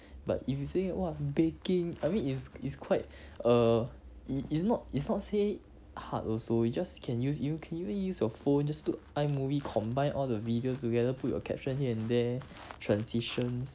but if you saying !wah! baking I mean it's it's quite err it's it's not it's not say hard also you just can use you can even use your phone just took imovie combine all the videos together put your caption here and there transitions